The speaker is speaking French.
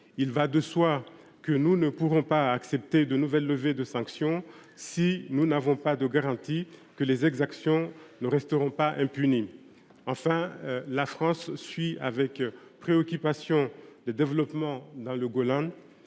Il va de soi que nous ne pourrons pas accepter de nouvelles levées de sanctions si nous n’avons pas de garantie que les exactions ne resteront pas impunies. Enfin, la France suit avec préoccupation les développements dans le Golan.